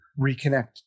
reconnect